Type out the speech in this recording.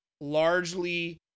largely